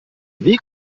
wie